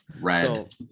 Red